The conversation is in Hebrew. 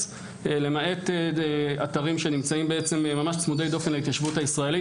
למעט אתרים שנמצאים ממש צמודי דופן להתיישבות הישראלית.